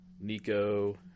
Nico